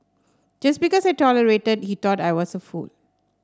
just because I tolerated he thought I was a fool